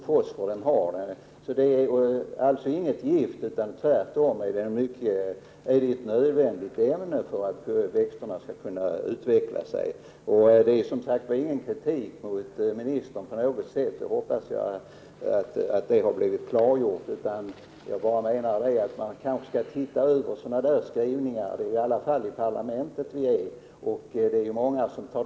Fosforn är alltså inget gift utan tvärtom ett nödvändigt ämne för att växterna skall utveckla sig. Jag säger inte detta som någon kritik mot statsrådet, utan jag har bara velat göra detta klarläggande. Det finns dock anledning att se över skrivningar av detta slag. Vi befinner oss ju i parlamentet, och många tar del av vad som skrivs.